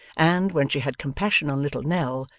and, when she had compassion on little nell,